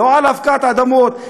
לא על הפקעת אדמות.